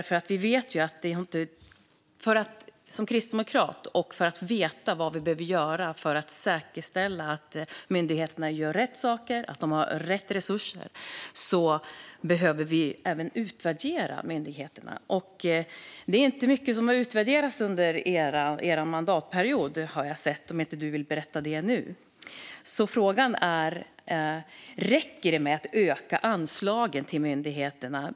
För att veta vad vi behöver göra för att säkerställa att myndigheterna gör rätt saker och har rätt resurser behöver vi även utvärdera myndigheterna. Jag har inte sett att det är så mycket som har utvärderats under er mandatperiod, om inte Isak From vill berätta det nu. Frågan är därför om det räcker med att öka anslagen till myndigheterna.